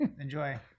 Enjoy